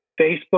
Facebook